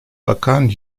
bakan